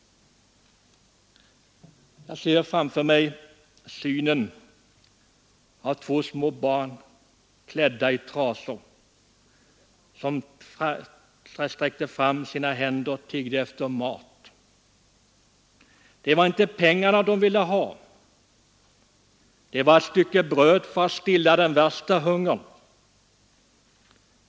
Jag ser fram för mig synen av två små barn klädda i trasor som sträckte fram sina händer och tiggde. Det var inte pengar de ville ha. Det var ett stycke bröd för att stilla den värsta hungern.